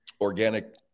organic